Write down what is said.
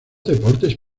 deportes